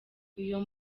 iyo